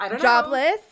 Jobless